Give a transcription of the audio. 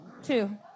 Two